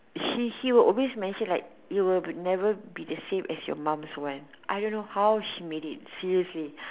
he he will always mention like you will never be the same as your mum's one I don't know how she made it seriously